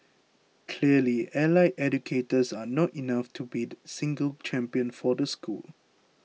clearly allied educators are not enough to be the single champion for the school